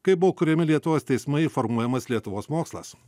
kaip buvo kuriami lietuvos teismai formuojamas lietuvos mokslas